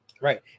Right